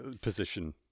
position